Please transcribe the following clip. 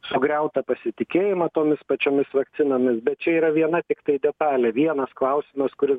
sugriautą pasitikėjimą tomis pačiomis vakcinomis bet čia yra viena tiktai detalė vienas klausimas kuris